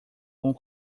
com